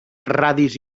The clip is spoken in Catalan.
radis